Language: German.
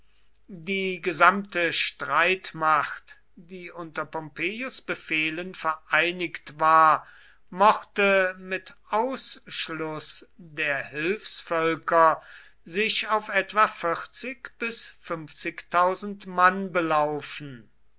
die gesamte streitmacht die unter pompeius befehlen vereinigt war mochte mit ausschluß der hilfsvölker sich auf etwa mann belaufen